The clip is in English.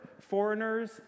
foreigners